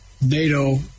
NATO